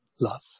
love